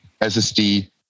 SSD